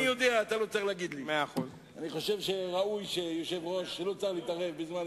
אני הייתי, אדוני היושב-ראש, שר הבינוי